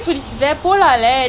not as bad as expected